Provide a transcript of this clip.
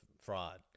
fraud